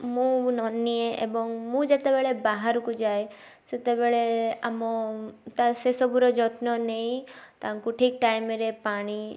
ମୁଁ ନ ନିଏ ଏବଂ ମୁଁ ଯେତେବବେଳେ ବାହାରକୁ ଯାଏ ସେତେବେଳେ ଆମ ତା ସେ ସବୁର ଯତ୍ନ ନେଇ ତାଙ୍କୁ ଠିକ୍ ଟାଇମ୍ ରେ ପାଣି